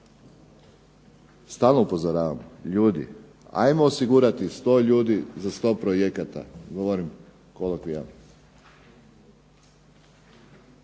stalno upozoravamo, ljudi ajmo osigurati 100 ljudi za 100 projekata, govorim kolokvijalno.